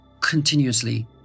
continuously